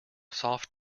soft